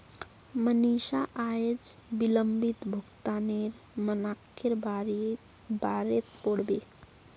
मनीषा अयेज विलंबित भुगतानेर मनाक्केर बारेत पढ़बे